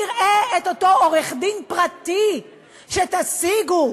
נראה את אותו עורך-דין פרטי שתשיגו,